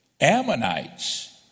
Ammonites